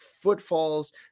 footfalls